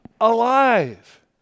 alive